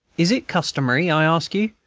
is it customary, i ask you,